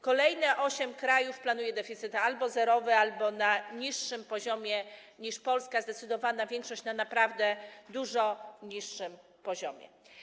Kolejne osiem krajów planuje deficyt albo zerowy, albo na niższym poziomie niż w przypadku Polski, zdecydowana większość - naprawdę na dużo niższym poziomie.